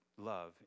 love